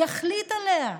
יחליט עליה,